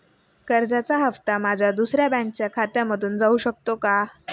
कर्जाचा हप्ता माझ्या दुसऱ्या बँकेच्या खात्यामधून जाऊ शकतो का?